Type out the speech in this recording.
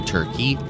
Turkey